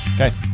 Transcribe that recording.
okay